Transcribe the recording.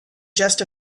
just